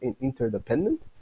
interdependent